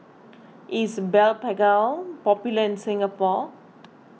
is Blephagel popular in Singapore